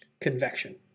convection